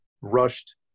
rushed